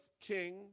King